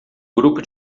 grupo